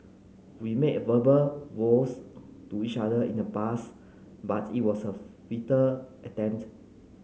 we made verbal vows to each other in the past but it was a attempt